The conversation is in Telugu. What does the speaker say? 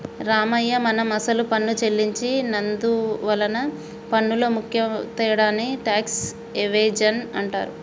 రామయ్య మనం అసలు పన్ను సెల్లించి నందువలన పన్నులో ముఖ్య తేడాని టాక్స్ ఎవేజన్ అంటారు